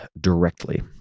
directly